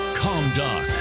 comdoc